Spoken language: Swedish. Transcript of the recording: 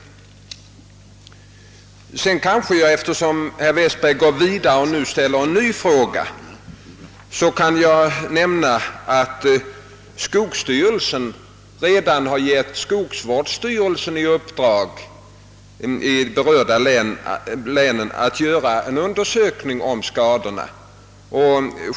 Sedan skall jag kanske nämna, eftersom herr Westberg går vidare och ställer en ny fråga, att skogsstyrelsen redan givit skogsvårdsstyrelsen i de berörda länen i uppdrag att göra en undersökning av skadorna.